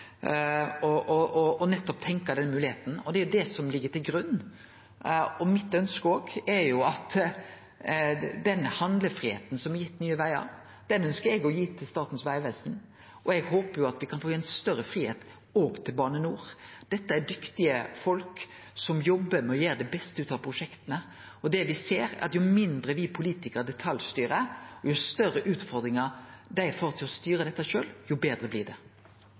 den moglegheita, og det er det som ligg til grunn. Den handlefridomen som er gitt Nye Vegar, den ønskjer eg å gi til Statens vegvesen, og eg håper at me kan få gi ein større fridom òg til Bane NOR. Dette er dyktige folk som jobbar med å gjere det beste ut av prosjekta, og det me ser, er at jo mindre me politikarar detaljstyrer, og jo større utfordringar dei får til å styre dette sjølve, jo betre blir det.